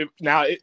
Now